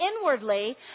inwardly